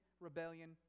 rebellion